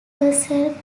herself